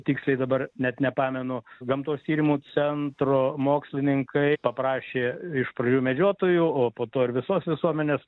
tiksliai dabar net nepamenu gamtos tyrimų centro mokslininkai paprašė iš pradžių medžiotojų o po to ir visos visuomenės